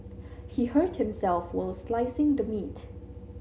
he hurt himself while slicing the meat